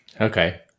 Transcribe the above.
Okay